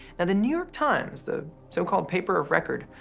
and the new york times, the so-called paper of record,